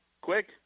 Quick